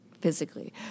physically